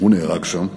הוא נהרג שם,